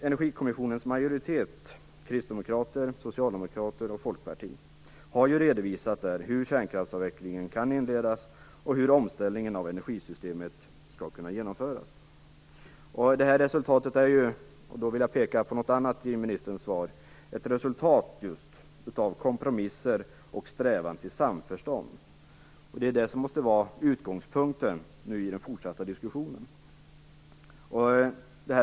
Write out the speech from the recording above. Energikommissionens majoritet - kristdemokrater, socialdemokrater och folkpartister - har redovisat hur kärnkraftsavvecklingen kan inledas och hur omställningen av energisystemet skall kunna genomföras. Som ministern också skriver i sitt svar är detta ett resultat av kompromisser och strävan till samförstånd. Det måste vara utgångspunkten i den fortsatta diskussionen.